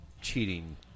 cheating